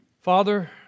Father